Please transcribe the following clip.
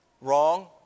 wrong